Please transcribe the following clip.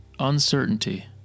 Uncertainty